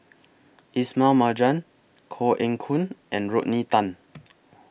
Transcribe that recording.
Ismail Marjan Koh Eng Hoon and Rodney Tan